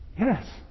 yes